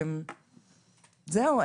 זהו,